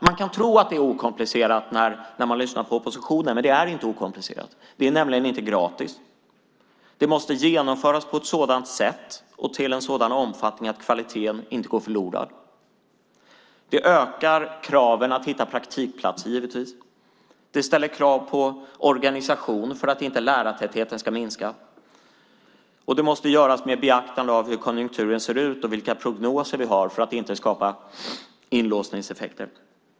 Man kan tro att det är okomplicerat när man lyssnar på oppositionen, men det är inte så. Det är nämligen inte gratis. Det måste genomföras på ett sådant sätt och i en sådan omfattning att kvaliteten inte går förlorad. Det ökar givetvis kraven på att hitta praktikplatser. Det ställer krav på organisation för att inte lärartätheten ska minska. Det måste göras med beaktande av hur konjunkturen ser ut och vilka prognoser vi har för att inte skapa inlåsningseffekter.